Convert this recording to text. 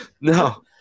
No